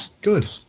Good